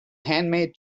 handmade